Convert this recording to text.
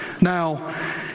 Now